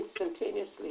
instantaneously